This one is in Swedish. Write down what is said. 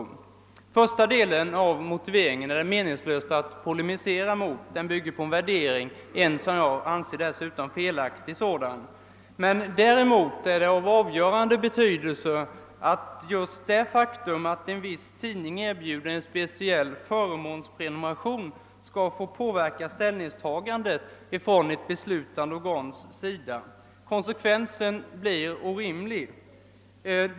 Den första delen av motiveringen är «det meningslöst att polemisera mot. Den bygger på en värdering, som jag för övrigt anser vara felaktig, men däremot är det av avgörande betydelse om just det faktum, att en viss tidning erbjuder en speciell förmånsprenumeration, skall få påverka ställningstagandet från ett beslutande organs sida. Konsekvenserna av ett sådant förfarande skulle bli orimliga.